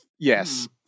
Yes